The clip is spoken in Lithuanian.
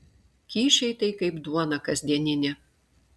kyšiai tai kaip duona kasdieninė